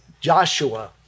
Joshua